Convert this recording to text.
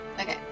okay